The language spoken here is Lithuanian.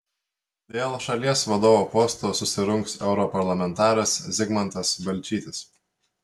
dėl šalies vadovo posto susirungs europarlamentaras zigmantas balčytis